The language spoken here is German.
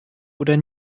oder